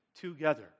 together